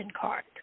card